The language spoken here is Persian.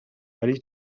ولی